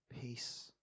peace